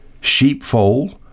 sheepfold